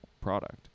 product